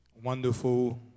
wonderful